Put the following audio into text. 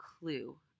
clue